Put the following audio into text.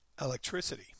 electricity